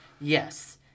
Yes